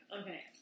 Okay